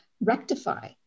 rectify